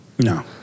No